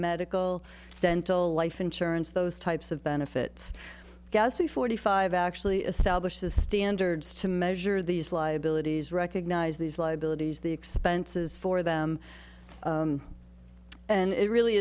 medical dental life insurance those types of benefits gaspy forty five actually establishes standards to measure these liabilities recognize these liabilities the expenses for them and it really